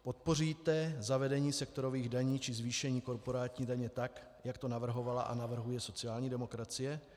Podpoříte zavedení sektorových daní či zvýšení korporátní daně, tak jak to navrhovala a navrhuje sociální demokracie?